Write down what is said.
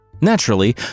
Naturally